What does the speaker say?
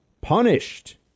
punished